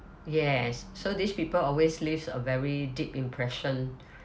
yes so these people always leaves a very deep impression